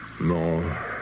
No